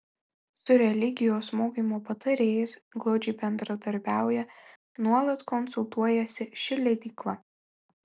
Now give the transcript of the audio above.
su religijos mokymo patarėjais glaudžiai bendradarbiauja nuolat konsultuojasi ši leidykla